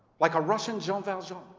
like a russian jean valjean,